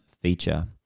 feature